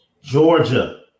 Georgia